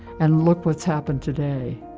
and look what's happened today.